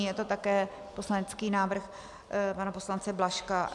Je to také poslanecký návrh pana poslance Blažka.